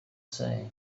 say